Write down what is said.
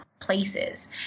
places